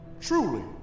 Truly